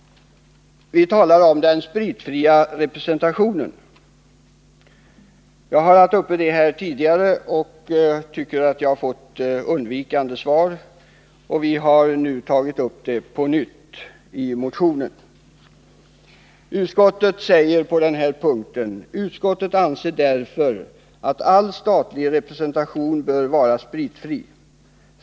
Vi talar om den spritfria representationen. Jag har tagit upp det ämnet tidigare men tycker att jag då har fått undvikande svar, varför vi nu har aktualiserat det på nytt i motionen. Utskottet säger på den punkten: ”Utskottet anser därför att all statlig representation bör vara spritfri.